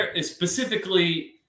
specifically